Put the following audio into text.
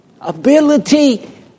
ability